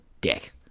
dick